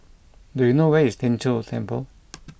do you know where is Tien Chor Temple